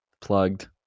plugged